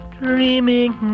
dreaming